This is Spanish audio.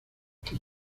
sus